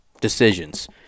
decisions